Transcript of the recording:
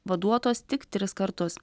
vaduotos tik tris kartus